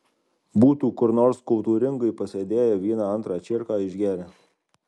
būtų kur nors kultūringai pasėdėję vieną antrą čierką išgėrę